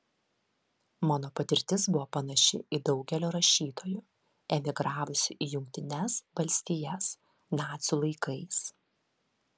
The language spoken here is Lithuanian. mano patirtis buvo panaši į daugelio rašytojų emigravusių į jungtines valstijas nacių laikais